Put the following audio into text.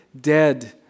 dead